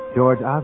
George